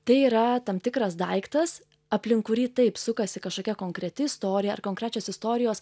tai yra tam tikras daiktas aplink kurį taip sukasi kažkokia konkreti istorija ar konkrečios istorijos